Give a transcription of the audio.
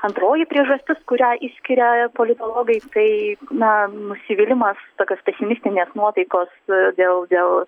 antroji priežastis kurią išskiria politologai tai na nusivylimas tokios pesimistinės nuotaikos dėl dėl